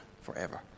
forever